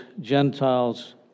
Gentiles